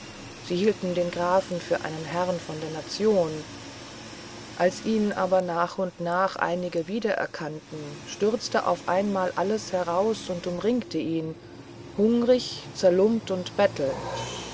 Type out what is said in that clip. sie hielten den grafen für einen herrn von der nation als ihn aber nach und nach einige wiedererkannten stürzte auf einmal alles heraus und umringte ihn hungrig zerlumpt und bettelnd